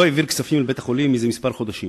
לא העביר כספים לבית-החולים זה כמה חודשים.